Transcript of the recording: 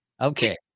Okay